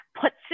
puts